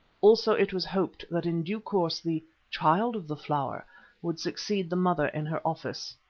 also it was hoped that in due course the child of the flower would succeed the mother in her office.